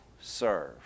serve